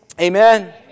Amen